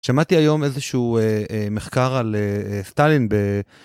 שמעתי היום איזשהו מחקר על סטלין ב..